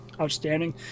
outstanding